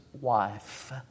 wife